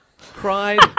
cried